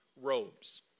robes